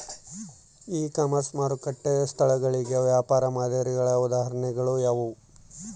E commerce ಮಾರುಕಟ್ಟೆ ಸ್ಥಳಗಳಿಗೆ ವ್ಯಾಪಾರ ಮಾದರಿಗಳ ಉದಾಹರಣೆಗಳು ಯಾವುವು?